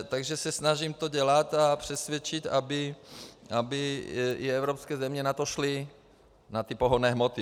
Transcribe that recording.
Takže se snažím to dělat a přesvědčit, aby i evropské země na to šly, na ty pohonné hmoty.